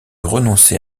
renoncer